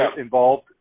involved